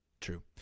true